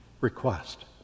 request